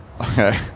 Okay